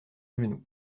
genou